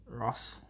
Ross